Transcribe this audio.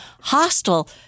hostile